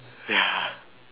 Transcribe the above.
ya